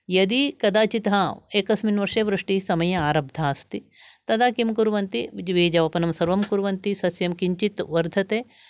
यदि कदाचित् हा एकस्मिन् वर्षे वृष्टिः समये आरब्धा अस्ति तदा किं कुर्वन्ति बीजवपनं सर्वं कुर्वन्ति सस्यं किञ्चित् वर्धते